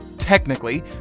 technically